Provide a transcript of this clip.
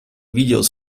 videos